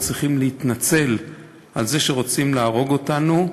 צריכים להתנצל על זה שרוצים להרוג אותנו.